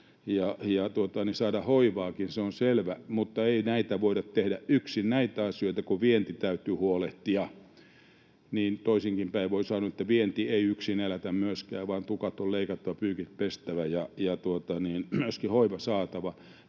ja saada hoivaakin, ja se on selvä, mutta ei näitä asioita voida tehdä yksin, kun vienti täytyy huolehtia, niin toisinkin päin voi sanoa, että vienti ei yksin elätä myöskään, vaan tukat on leikattava, pyykit pestävä ja myöskin hoiva saatava,